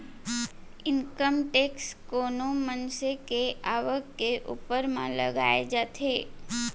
income tax कोनो मनसे के आवक के ऊपर म लगाए जाथे